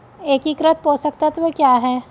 एकीकृत पोषक तत्व क्या है?